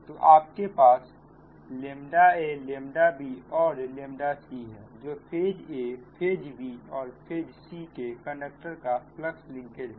तो आपके पास ʎ a ʎ b और ʎ c है जो फेज a फेज bफेज c के कंडक्टर का फलक्स लिंकेज है